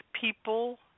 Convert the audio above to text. people